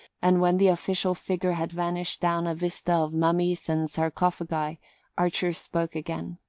and when the official figure had vanished down a vista of mummies and sarcophagi archer spoke again.